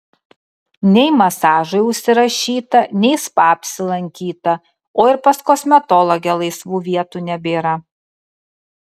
nei masažui užsirašyta nei spa apsilankyta o ir pas kosmetologę laisvų vietų nebėra